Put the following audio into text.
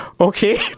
okay